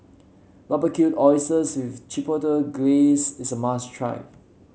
Barbecued Oysters with Chipotle Glaze is a must try